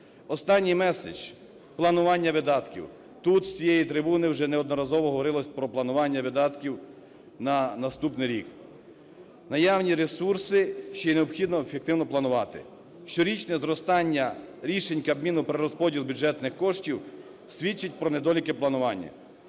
Останній месседж. Планування видатків. Тут з цієї трибуни вже одноразово говорилося про планування видатків на наступний рік, наявні ресурси ще й необхідно ефективно планувати. Щорічне зростання рішень Кабміну про перерозподіл бюджетних коштів свідчить про недоліки планування,